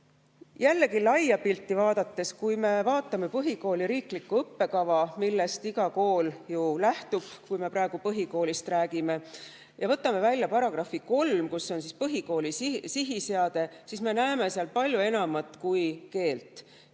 Jällegi laia pilti vaadates, kui me vaatame põhikooli riiklikku õppekava, millest iga kool ju lähtub –praegu me räägime põhikoolist –, ja võtame välja § 3. "Põhikooli sihiseade", siis me näeme seal palju enamat kui keelt.